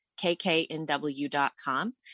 KKNW.com